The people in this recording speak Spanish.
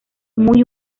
muy